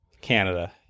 Canada